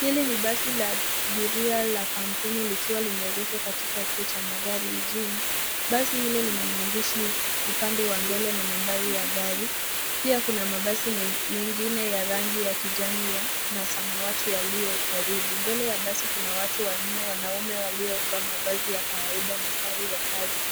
Hili ni basi la abiria la kampuni likiwa limeegeshwa katika kituo cha magari mjini. Basi hilo lina maandishi upande wa mbele na nambari ya gari. Pia kuna mabasi mengine ya rangi ya kijani ya, na samawati yalioyo karibu. Mbele ya basi kuna watu wanne wanaume waliovaa mavazi ya kawaida na sare za kazi.